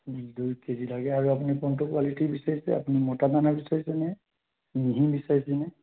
দুই কেজি লাগে আৰু আপুনি কোনটো কোৱালিটি বিচাৰিছে আপুনি মোটা দানা বিচাৰিছেনে মিহি বিচাৰিছেনে